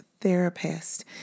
therapist